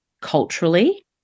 culturally